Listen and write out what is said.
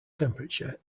temperature